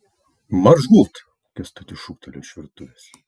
marš gult kęstutis šūktelėjo iš virtuvės